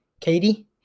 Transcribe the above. Katie